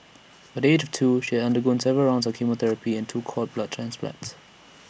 by the age of two she had undergone several rounds of chemotherapy and two cord blood transplants